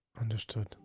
Understood